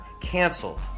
canceled